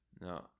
No